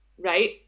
right